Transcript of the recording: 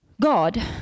God